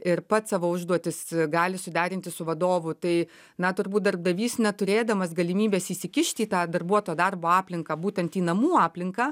ir pats savo užduotis gali suderinti su vadovu tai na turbūt darbdavys neturėdamas galimybės įsikišti į tą darbuoto darbo aplinką būtent į namų aplinką